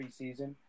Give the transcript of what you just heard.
preseason